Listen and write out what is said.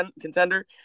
contender